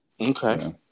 okay